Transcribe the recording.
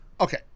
okay